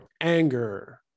anger